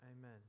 Amen